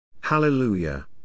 Hallelujah